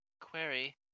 Query